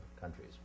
countries